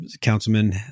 Councilman